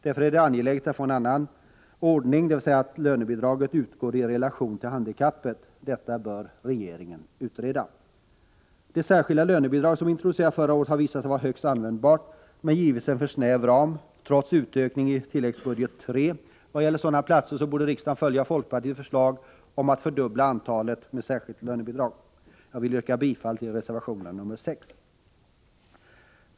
Därför vore det angeläget att få en annan situation, dvs. att lönebidraget utgår i relation till handikappet. Detta bör regeringen utreda. Det särskilda lönebidrag som introducerades förra året har visat sig vara högst användbart men givits en för snäv ram. Trots utökningen i tilläggsbudget III vad gäller sådana platser borde riksdagen följa folkpartiets förslag om att fördubbla antalet företag med särskilda lönebidrag. Jag vill yrka bifall till reservation nr 6.